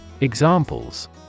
Examples